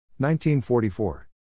1944